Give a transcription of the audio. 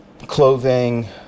clothing